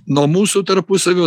nuo mūsų tarpusavio